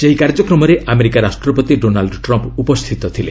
ସେହି କାର୍ଯ୍ୟକ୍ରମରେ ଆମେରିକା ରାଷ୍ଟ୍ରପତି ଡୋନାଲ୍ଚ ଟ୍ରମ୍ପ ଉପସ୍ଥିତ ଥିଲେ